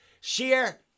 Share